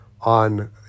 on